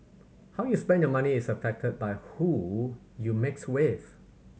how you spend your money is affected by who you mix with